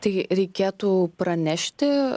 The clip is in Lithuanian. taigi reikėtų pranešti